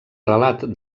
relat